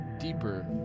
deeper